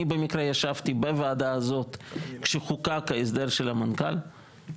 אני במקרה ישבתי בוועדה הזאת כשחוקק ההסדר של המנכ"ל,